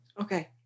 Okay